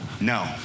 No